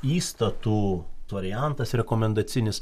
įstatų variantas rekomendacinis